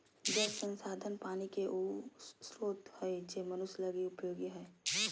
जल संसाधन पानी के उ स्रोत हइ जे मनुष्य लगी उपयोगी हइ